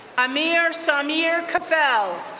amir samir kathel,